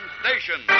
station